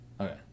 Okay